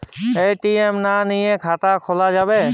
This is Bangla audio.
এ.টি.এম না নিয়ে খাতা খোলা যাবে?